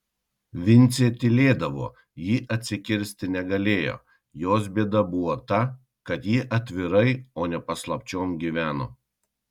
vincė tylėdavo ji atsikirsti negalėjo jos bėda buvo ta kad ji atvirai o ne paslapčiom gyveno